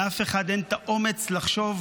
לאף אחד אין את האומץ לחשוב,